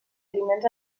aliments